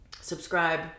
Subscribe